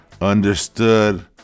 understood